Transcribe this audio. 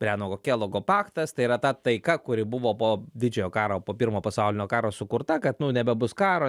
renovo kelogo paktas tai yra ta taika kuri buvo po didžiojo karo po pirmo pasaulinio karo sukurta kad nu nebebus karo